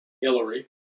Hillary